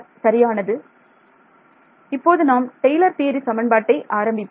சரியானது இப்போது நாம் டெய்லர் தியரி சமன்பாட்டை ஆரம்பிப்போம்